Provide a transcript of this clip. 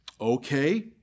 okay